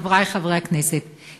חברי חברי הכנסת,